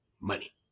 money